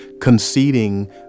conceding